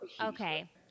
Okay